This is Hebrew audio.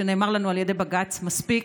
ונאמר לנו על ידי בג"ץ: מספיק,